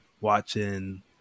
watching